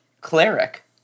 cleric